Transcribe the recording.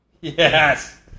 Yes